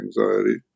anxiety